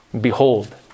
Behold